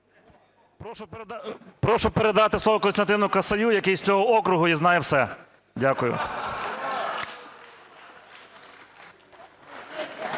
Прошу передати слово Костянтину Касаю, який з цього округу і знає все. Дякую.